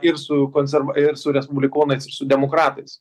ir su konserva ir su respublikonais ir su demokratais